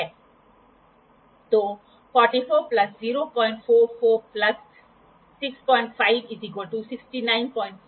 sign bar को एक angle पर सेट किया जाता है जैसे कि वर्कपीस के एक छोर से दूसरे छोर तक ले जाने पर डायल गेज ने कोई विचलन दर्ज नहीं किया